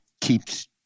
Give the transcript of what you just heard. keeps